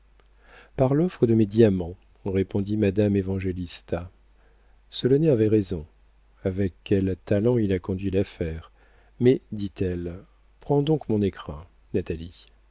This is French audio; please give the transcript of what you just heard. par l'offre de mes diamants répondit madame évangélista solonet avait raison avec quel talent il a conduit l'affaire mais dit-elle prends donc mon écrin